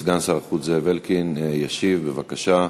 סגן שר החוץ זאב אלקין ישיב, בבקשה.